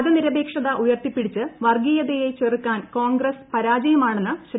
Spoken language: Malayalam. മതനിരപേക്ഷത ഉയർത്തി പിടിച്ച് വർഗീയതയെ ചെറുക്കാൻ കോൺഗ്രസ് പരാജയമാണെന്ന് ശ്രീ